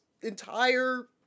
entire